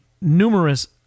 numerous